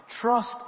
trust